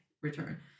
return